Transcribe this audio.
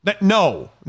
No